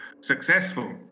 successful